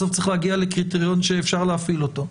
בסוף צריך להגיע לקריטריון שאפשר להפעיל אותו.